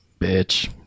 bitch